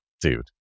Dude